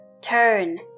turn